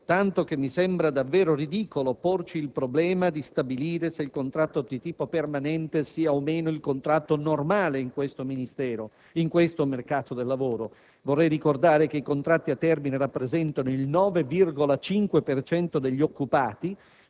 tanto che mi sembra davvero ridicolo porci il problema di stabilire se il contratto di tipo permanente sia o meno il contratto normale nel mercato del lavoro. Vorrei ricordare che i contratti a termine rappresentano il 9,5 per cento degli occupati